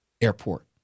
airport